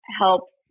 helps